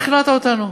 שכנעת אותנו,